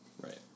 Right